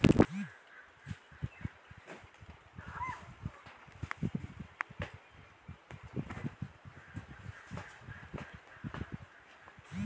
tamarind হতিছে গটে ধরণের ভেষজ যাকে আমরা কাঁচা হলুদ বলতেছি